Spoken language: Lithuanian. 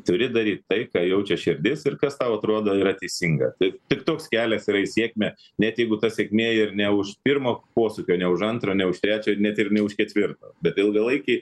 turi daryt tai ką jaučia širdis ir kas tau atrodo yra teisinga tai tik toks kelias yra į sėkmę net jeigu ta sėkmė ir ne už pirmo posūkio ne už antro ne už trečio net ir ne už ketvirto bet ilgalaikėj